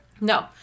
No